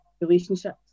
relationships